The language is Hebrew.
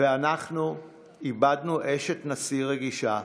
ואנחנו איבדנו אשת נשיא רגישה,